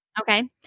Okay